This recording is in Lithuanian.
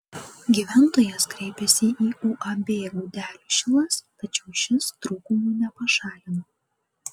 gyventojas kreipėsi į uab gudelių šilas tačiau šis trūkumų nepašalino